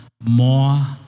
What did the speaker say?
more